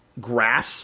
grass